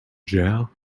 jail